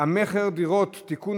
המכר (דירות) (תיקון,